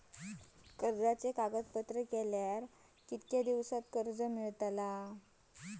कर्जाचे कागदपत्र केल्यावर किती दिवसात कर्ज मिळता?